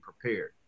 prepared